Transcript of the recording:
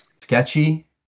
sketchy